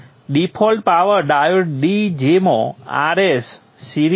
default power diode d જેમાં Rs series 0